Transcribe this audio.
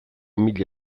mila